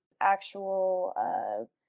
actual